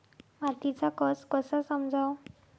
मातीचा कस कसा समजाव?